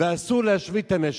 ואסור להשבית את המשק.